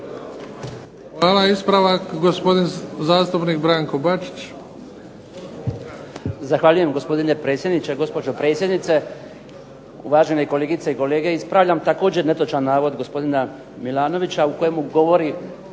Hvala. Ispravak gospodin zastupnik Branko Bačić.